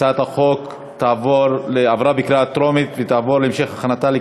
ההצעה להעביר את הצעת חוק פיקוח על מחירי מצרכים ושירותים (תיקון,